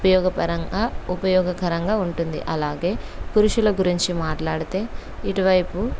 ఉపయోగపరంగా ఉపయోగకరంగా ఉంటుంది అలాగే పురుషుల గురించి మాట్లాడితే ఇటువైపు